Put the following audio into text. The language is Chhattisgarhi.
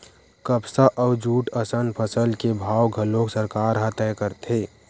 कपसा अउ जूट असन फसल के भाव घलोक सरकार ह तय करथे